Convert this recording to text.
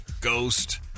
Ghost